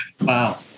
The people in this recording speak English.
Wow